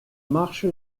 marche